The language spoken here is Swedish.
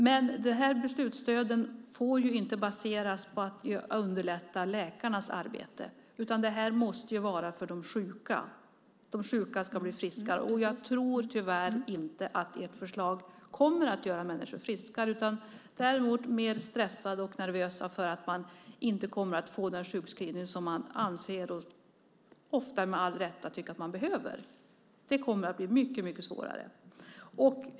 Men de här beslutsstöden får ju inte baseras på att underlätta läkarnas arbete utan det här måste vara för de sjuka. De sjuka ska bli friskare, och jag tror tyvärr inte att ert förslag kommer att göra människor friskare, däremot mer stressade och nervösa för att man inte kommer att få den sjukskrivning som man, ofta med all rätt, tycker att man behöver. Det kommer att bli mycket svårare.